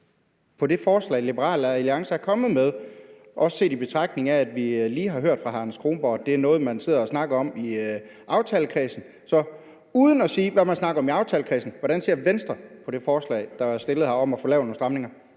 på det forslag, Liberal Alliance er kommet med, også i betragtning af at vi lige har hørt fra hr. Anders Kronborg, at det er noget, man sidder og snakker om i aftalekredsen? Så kan hr. Erling Bonnesen uden at sige, hvad man snakker om i aftalekredsen, sige, hvordan Venstre ser på det forslag, der er stillet, om at få lavet nogle stramninger?